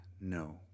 No